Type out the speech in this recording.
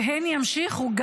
והן ימשיכו,